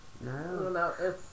No